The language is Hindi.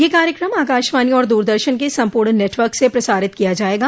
यह कार्यक्रम आकाशवाणी और दूरदर्शन के सम्पूर्ण नेटवर्क से स प्रसारित किया जायेगा